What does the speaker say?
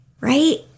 right